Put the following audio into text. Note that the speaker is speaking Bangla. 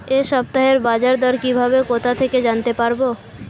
এই সপ্তাহের বাজারদর কিভাবে কোথা থেকে জানতে পারবো?